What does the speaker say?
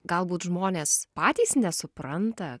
galbūt žmonės patys nesupranta